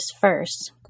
first